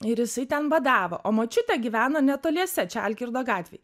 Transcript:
ir jisai ten badavo o močiutė gyveno netoliese čia algirdo gatvėj